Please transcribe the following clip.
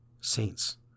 saints